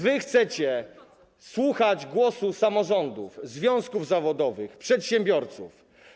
Czy chcecie słuchać głosu samorządów, związków zawodowych, przedsiębiorców?